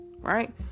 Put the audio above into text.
Right